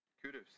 kudos